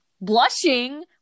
Blushing